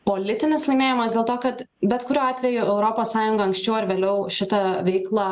politinis laimėjimas dėl to kad bet kuriuo atveju europos sąjunga anksčiau ar vėliau šitą veiklą